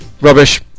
Rubbish